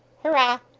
hurrah!